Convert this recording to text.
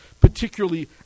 particularly